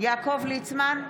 יעקב ליצמן,